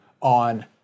on